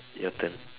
your turn